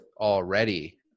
already